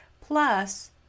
Plus